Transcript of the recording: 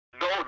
No